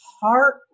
heart